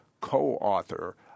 co-author